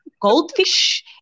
goldfish